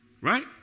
right